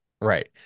Right